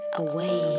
away